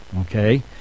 Okay